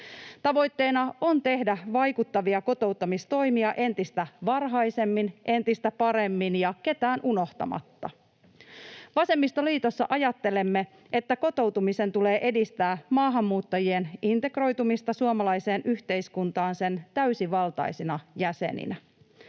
Tavoitteena on tehdä vaikuttavia kotouttamistoimia entistä varhaisemmin, entistä paremmin ja ketään unohtamatta. Vasemmistoliitossa ajattelemme, että kotoutumisen tulee edistää maahanmuuttajien integroitumista suomalaiseen yhteiskuntaan sen täysivaltaisina jäseninä.